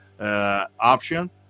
option